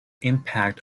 impact